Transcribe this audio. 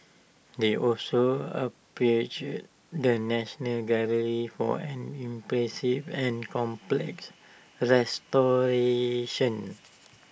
they also applauded the national gallery for an impressive and complex restoration